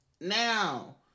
Now